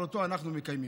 אבל אותו אנחנו מקיימים.